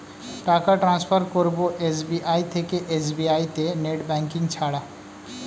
টাকা টান্সফার করব এস.বি.আই থেকে এস.বি.আই তে নেট ব্যাঙ্কিং ছাড়া?